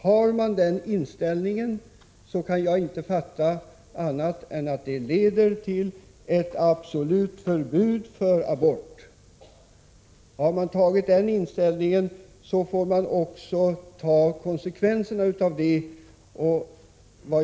Har man denna inställning kan jag inte fatta annat än att det leder till ett absolut förbud mot abort. Har man intagit den ståndpunkten får man också ta konsekvenserna av det.